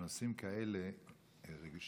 שנושאים כאלה רגישים,